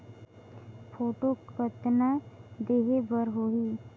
Photo कतना देहें बर होहि?